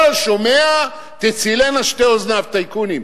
כל השומע תצילנה שתי אוזניו, טייקונים.